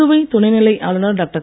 புதுவை துணைநிலை ஆளுநர் டாக்டர்